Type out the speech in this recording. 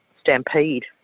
stampede